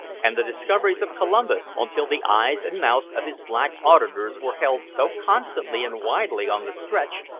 and the discoveries of columbus, until the eyes and mouths of his black auditors were held so constantly and widely on the stretch,